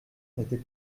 n’était